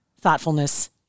thoughtfulness